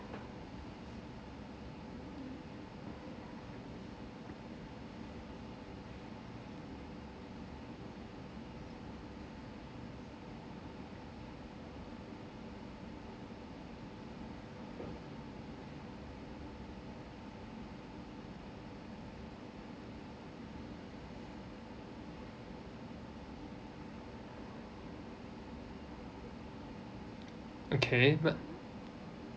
okay but